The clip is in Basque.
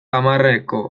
hamarreko